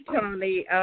Tony